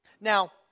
Now